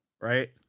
right